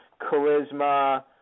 Charisma